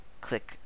click